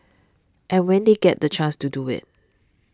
and when they get the chance to do it